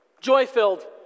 Joy-filled